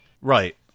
Right